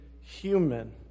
human